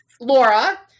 Laura